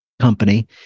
company